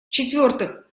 четвертых